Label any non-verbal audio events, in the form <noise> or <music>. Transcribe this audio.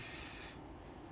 <breath>